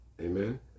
Amen